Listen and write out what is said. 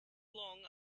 long